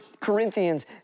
Corinthians